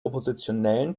oppositionellen